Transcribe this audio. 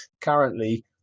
currently